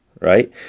right